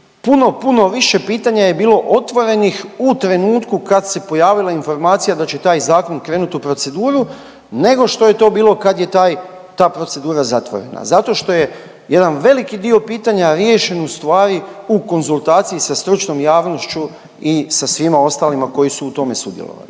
puno, puno više pitanja je bilo otvorenih u trenutku kad se pojavila informacija da će taj zakon krenut u proceduru nego što je to bilo kad je taj, ta procedura zatvorena. Zato što je jedan veliki dio pitanja riješen ustvari u konzultaciji sa stručnom javnošću i sa svima ostalima koji su u tome sudjelovali.